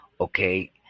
okay